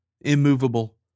immovable